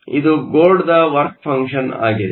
ಆದ್ದರಿಂದ ಇದು ಗೋಲ್ಡ್ದ ವರ್ಕ್ ಫಂಕ್ಷನ್ ಆಗಿದೆ